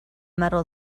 metal